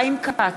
חיים כץ,